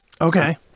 Okay